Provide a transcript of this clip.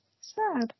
sad